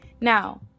Now